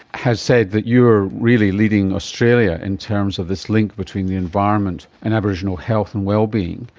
has said that you are really leading australia in terms of this link between the environment and aboriginal health and well-being.